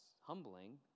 humbling